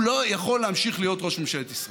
הוא לא יכול להמשיך להיות ראש ממשלת ישראל.